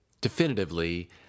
definitively